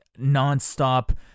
nonstop